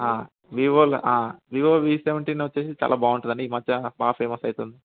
వివోలో Vivo V seventeen వచ్చేసి చాలా బాగుంటుంది ఈమధ్య బాగా ఫేమస్ అవుతుంది